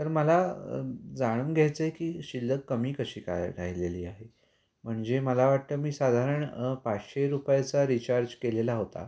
तर मला जाणून घ्यायचं आहे की शिल्लक कमी कशी काय राहिलेली आहे म्हणजे मला वाटतं मी साधारण पाचशे रुपयाचा रिचार्ज केलेला होता